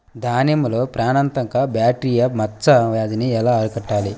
దానిమ్మలో ప్రాణాంతక బ్యాక్టీరియా మచ్చ వ్యాధినీ ఎలా అరికట్టాలి?